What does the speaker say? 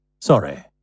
Sorry